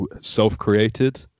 self-created